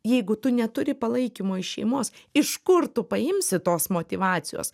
jeigu tu neturi palaikymo iš šeimos iš kur tu paimsi tos motyvacijos